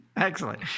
Excellent